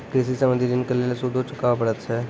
कृषि संबंधी ॠण के लेल सूदो चुकावे पड़त छै?